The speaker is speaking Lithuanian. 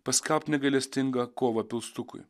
paskelbt negailestingą kovą pilstukui